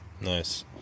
Nice